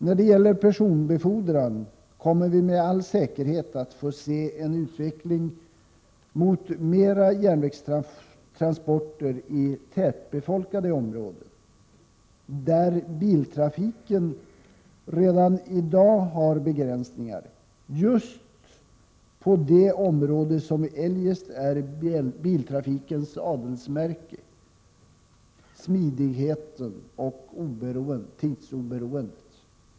När det gäller personbefordran kommer vi med all säkerhet att få se en utveckling mot mera järnvägstransporter i tätbefolkade områden, där biltrafiken redan i dag har begränsningar, just på det område som eljest är biltrafikens adelsmärke — smidighet och tidsoberoende.